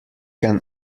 can